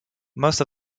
most